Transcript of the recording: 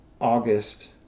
August